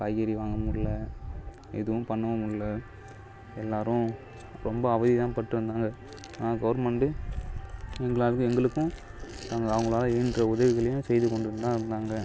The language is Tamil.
காய்கறி வாங்கமுடில எதுவும் பண்ணவும் முடில்ல எல்லோரும் ரொம்ப அவதி தான் பட்டிருந்தாங்க ஆனால் கவுர்மெண்டு எங்களாருக்கும் எங்களுக்கும் அவங்களா அவுங்களால் ஈன்ற உதவிகளையும் செய்து கொண்டுதான் இருந்தாங்க